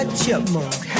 chipmunk